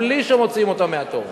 בלי שמוציאים אותם מהתור.